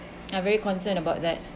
I'm very concerned about that